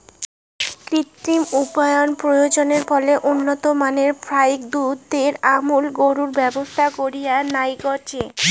কৃত্রিম উপায়ত প্রজননের ফলে উন্নত মানের ফাইক দুধ দেয় এ্যামুন গরুর ব্যবসা করির নাইগচে